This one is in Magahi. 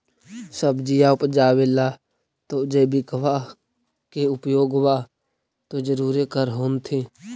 सब्जिया उपजाबे ला तो जैबिकबा के उपयोग्बा तो जरुरे कर होथिं?